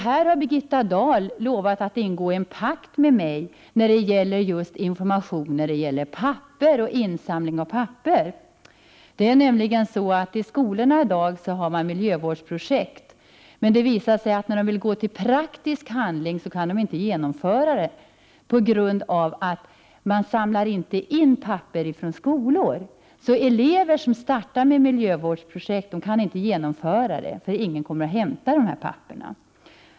Birgitta Dahl har lovat ingå en pakt med mig när det gäller just information om papper och insamling av papper. Det är nämligen så att eleverna i skolorna i dag bedriver miljövårdsprojekt, men när eleverna vill gå till praktisk handling kan de inte genomföra projekten därför att ingen samlar in papper från skolor. Elever som startar miljövårdsprojekt kan alltså inte genomföra dem eftersom ingen hämtar pappret.